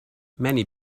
many